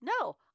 No